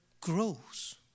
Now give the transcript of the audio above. grows